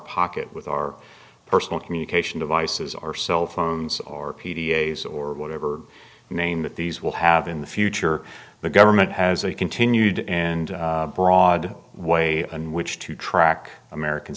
pocket with our personal communication devices our cell phones or p t a s or whatever name that these will have in the future the government has a continued and broad way in which to track american